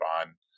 on